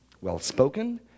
well-spoken